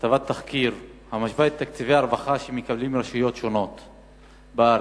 כתבת תחקיר המשווה את תקציבי הרווחה שמקבלות רשויות שונות בארץ.